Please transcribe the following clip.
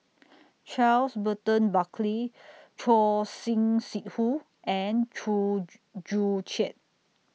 Charles Burton Buckley Choor Singh Sidhu and Chew Joo Chiat